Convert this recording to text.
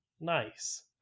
Nice